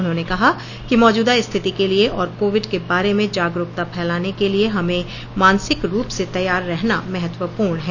उन्होंने कहा कि मौजूदा स्थिति के लिए और कोविड के बारे में जागरूकता फैलाने के लिए हमें मानसिक रूप से तैयार रहना महत्वपूर्ण है